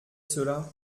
cela